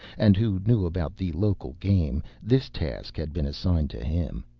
and who knew about the local game, this task had been assigned to him.